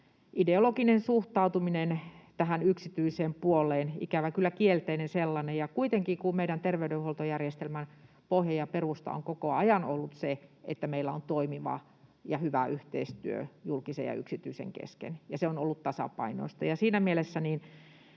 ideologinen suhtautuminen tähän yksityiseen puoleen, ikävä kyllä kielteinen sellainen, ja kuitenkin meidän terveydenhuoltojärjestelmän pohja ja perusta on koko ajan ollut se, että meillä on toimiva ja hyvä yhteistyö julkisen ja yksityisen kesken ja se on ollut tasapainoista.